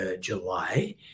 july